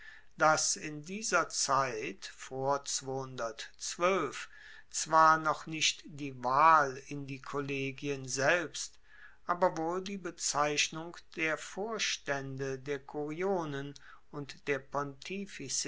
dass in dieser zeit zwar noch nicht die wahl in die kollegien selbst aber wohl die bezeichnung der vorstaende der curionen und der